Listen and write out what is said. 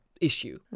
issue